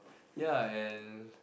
ya and